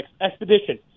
Expedition